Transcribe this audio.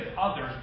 others